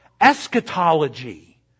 eschatology